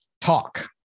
talk